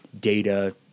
data